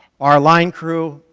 our line crew,